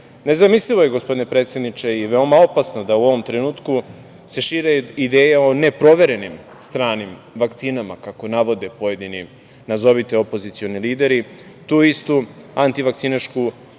jedinstvena. Nezamislivo je, gospodine predsedniče, i veoma opasno da u ovom trenutku se šire ideje o neproverenim stranim vakcinama, kako navode pojedini nazovite opozicioni lideri. Tu istu antivakcinašku propagandu